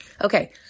Okay